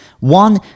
One